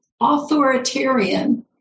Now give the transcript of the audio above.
authoritarian